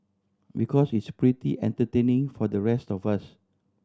because it's pretty entertaining for the rest of us